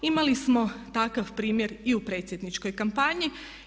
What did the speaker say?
Imali smo takav primjer i u predsjedničkoj kampanji.